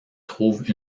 trouvent